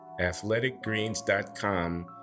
athleticgreens.com